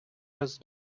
раз